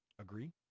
Agree